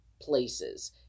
places